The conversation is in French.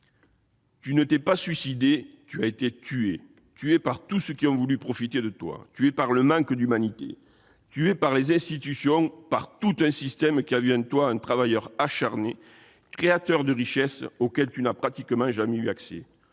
« Tu ne t'es pas suicidé, tu as été tué, tué par tous ceux qui ont voulu profiter de toi, tué par le manque d'humanité, tué par les institutions, par tout un système qui a vu en toi un travailleur acharné créateur de richesses auxquelles tu n'as pratiquement jamais eu accès.